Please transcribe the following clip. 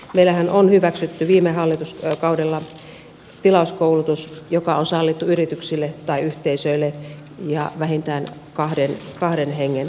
meillähän on hyväksytty viime hallituskaudella tilauskoulutus joka on sallittu yrityksille tai yhteisöille ja vähintään kahden hengen hyväksi